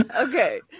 Okay